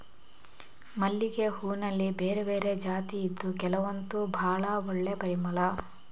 ಮಲ್ಲಿಗೆ ಹೂನಲ್ಲಿ ಬೇರೆ ಬೇರೆ ಜಾತಿ ಇದ್ದು ಕೆಲವಂತೂ ಭಾಳ ಒಳ್ಳೆ ಪರಿಮಳ